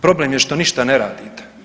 Problem je što ništa ne radite.